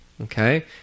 Okay